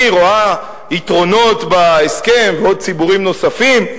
רואה יתרונות בהסכם ועוד ציבורים נוספים.